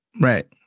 Right